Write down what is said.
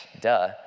Duh